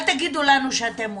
אל תגידו לנו שאתם עושים.